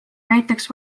näiteks